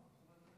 גברתי